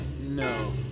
No